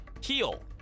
Heal